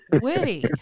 witty